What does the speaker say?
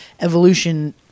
evolution